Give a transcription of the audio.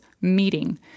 meeting